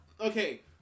okay